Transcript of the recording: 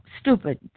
stupid